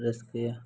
ᱨᱟᱹᱥᱠᱟᱹᱭᱟ